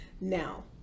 now